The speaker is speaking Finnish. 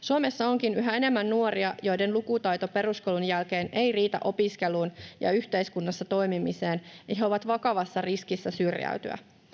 Suomessa onkin yhä enemmän nuoria, joiden lukutaito peruskoulun jälkeen ei riitä opiskeluun ja yhteiskunnassa toimimiseen, ja he ovat vakavassa riskissä syrjäytyä.